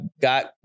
got